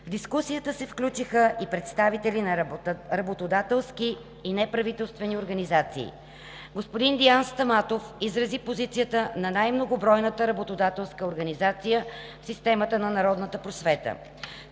В дискусията се включиха и представители на работодателски и неправителствени организации. Господин Диян Стаматов изрази позицията на най-многобройната работодателска организация в системата на народната просвета